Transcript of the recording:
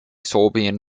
serbian